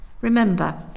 remember